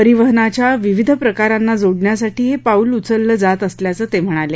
परिवहनाच्या विविध प्रकारांना जोडण्यासाठी हे पाऊल उचललं जात असल्याचं त्यांनी सांगितलं